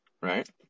Right